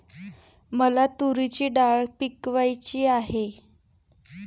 मला तूरीची डाळ पिकवायची आहे